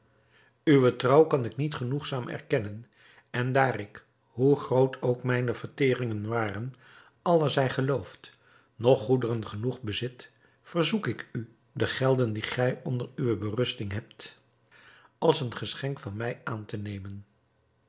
uwe trouw kan ik niet genoegzaam erkennen en daar ik hoe groot ook mijne verteringen waren allah zij geloofd nog goederen genoeg bezit verzoek ik u de gelden die gij onder uwe berusting hebt als een geschenk van mij aan te nemen